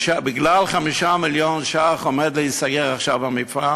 בגלל 5 מיליון ש"ח עומד להיסגר עכשיו המפעל?